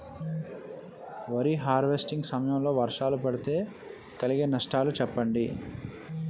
వరి హార్వెస్టింగ్ సమయం లో వర్షాలు పడితే కలిగే నష్టాలు చెప్పండి?